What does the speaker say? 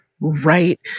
right